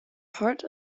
part